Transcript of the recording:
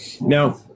now